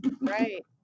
Right